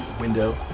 window